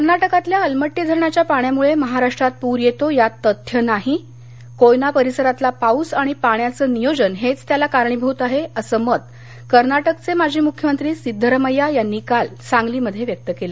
कर्नाटकातल्या अलमट्टी धरणाच्या पाण्यामुळे महाराष्ट्रात पूर येतो यात तथ्य नाही कोयना परिसरातला पाऊस आणि पाण्याचं नियोजन हेच त्याला कारणीभूत आहे अस मत कर्नाटकचे माजी मुख्यमंत्री सिद्धरामय्या यांनी काल सांगलीमध्ये व्यक्त केलं